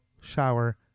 shower